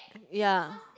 ya